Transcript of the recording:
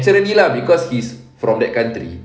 naturally lah cause he's from that country